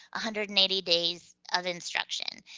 ah hundred and eighty days of instruction.